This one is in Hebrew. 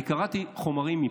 אני קראתי חומרים מפה,